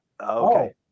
Okay